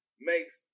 makes